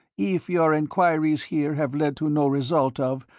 if your enquiries here have led to no result of,